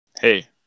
Hey